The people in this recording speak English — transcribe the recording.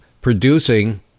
producing